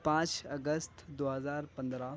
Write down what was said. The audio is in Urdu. پانچ اگست دو ہزار پندرہ